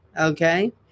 okay